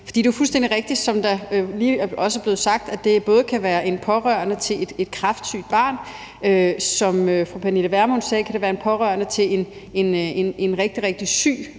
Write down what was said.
også er blevet sagt, at det både kan være en pårørende til et kræftsygt barn og, som fru Pernille Vermund sagde, en pårørende til en rigtig,